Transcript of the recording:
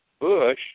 Bush